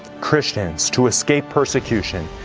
christians, to escape persecution,